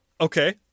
Okay